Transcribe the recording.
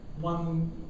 one